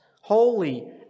holy